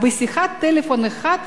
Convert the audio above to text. בשיחת טלפון אחת